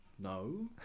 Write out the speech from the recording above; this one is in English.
No